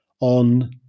on